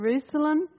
Jerusalem